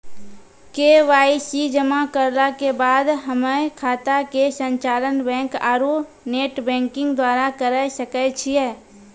KYC जमा करला के बाद हम्मय खाता के संचालन बैक आरू नेटबैंकिंग द्वारा करे सकय छियै?